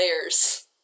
layers